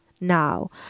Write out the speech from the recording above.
now